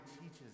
teaches